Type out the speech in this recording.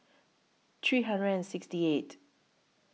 three hundred and sixty eight